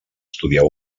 estudiar